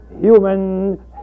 human